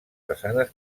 façanes